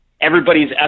everybody's